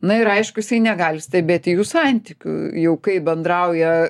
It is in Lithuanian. na ir aišku jisai negali stebėti jų santykių jau kaip bendrauja